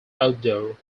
outdoor